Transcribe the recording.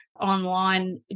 online